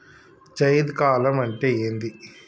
జైద్ కాలం అంటే ఏంది?